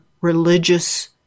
religious